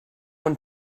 one